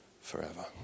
forever